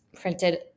printed